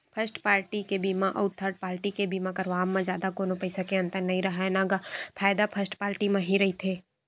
first party के बीमा अउ थर्ड पाल्टी के बीमा करवाब म जादा कोनो पइसा के अंतर नइ राहय न गा फायदा फस्ट पाल्टी म ही रहिथे